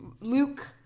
Luke